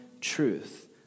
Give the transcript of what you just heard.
truth